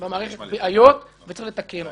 זה עצוב מאוד שהתערבתם במהלך הזה בצורה בוטה כל כך.